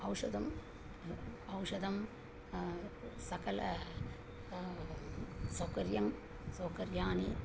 औषधं औषधं सकलं सौकर्यं सौकर्याणि